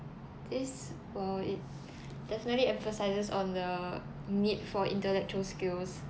this while it definitely emphasises on the need for intellectual skills